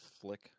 flick